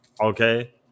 Okay